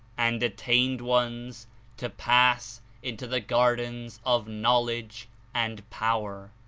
and attained ones to pass into the gardens of knowledge and power.